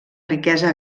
riquesa